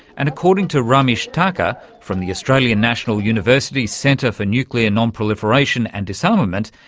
and according to ramesh thakur from the australian national university's centre for nuclear non-proliferation and disarmament,